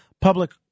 public